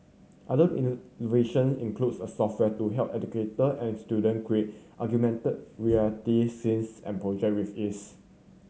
other innovation includes a software to help educator and student create augmented reality scenes and project with ease